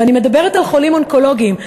ואני מדברת על חולים אונקולוגיים,